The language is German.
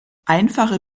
einfache